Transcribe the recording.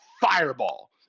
fireball